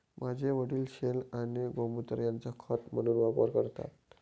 माझे वडील शेण आणि गोमुत्र यांचा खत म्हणून वापर करतात